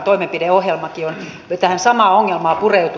sen hyvinvoinnin säde on laaja